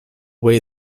way